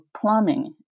plumbing